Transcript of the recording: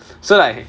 so like